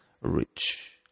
rich